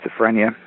schizophrenia